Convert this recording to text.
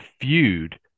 feud